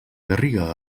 garriga